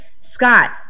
Scott